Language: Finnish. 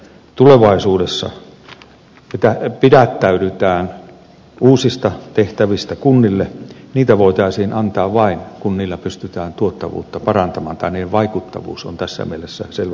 tulevaisuudessa pitää pidättäydytään uusista tehtävistä kunnille mitä voitaisiin antaa vain kun niillä pystytään tuottavuutta parantamaan tai niiden vaikuttavuus on tässä menossa selvä